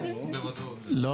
לא.